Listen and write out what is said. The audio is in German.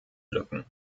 lücken